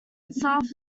itself